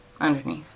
Underneath